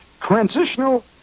transitional